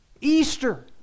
Easter